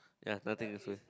ya nothing is